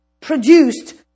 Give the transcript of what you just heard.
produced